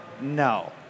no